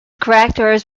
characters